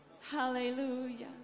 Hallelujah